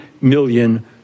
million